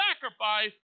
sacrifice